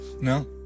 No